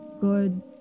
good